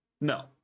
No